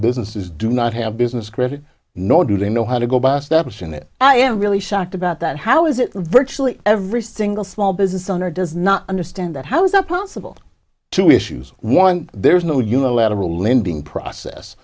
businesses do not have business credit nor do they know how to go back steps in it i am really shocked about that how is it virtually every single small business owner does not understand that how is that possible two issues one there is no unilateral lending process